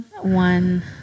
one